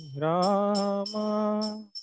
Rama